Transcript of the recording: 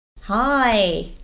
Hi